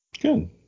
Good